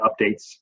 updates